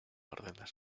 ordenas